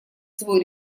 свой